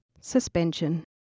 suspension